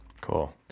Cool